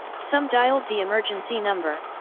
some dialed the emergency number,